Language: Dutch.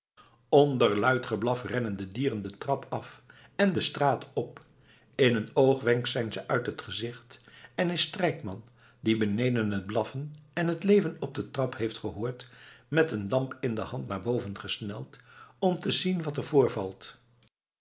onder luid geblaf rennen de dieren de trap af en de straat op in een oogwenk zijn ze uit het gezicht en is strijkman die beneden het blaffen en t leven op de trap heeft gehoord met een lamp in de hand naar boven gesneld om te zien wat er voorvalt